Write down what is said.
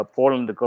Poland